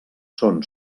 són